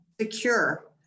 secure